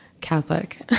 Catholic